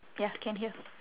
ya can hear